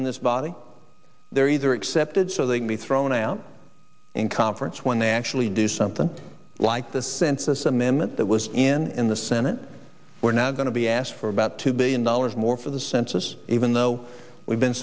in this body they're either accepted so they can be thrown out in conference when they actually do something like the census amendment that was in the senate we're now going to be asked for about two billion dollars more for the census even though we've been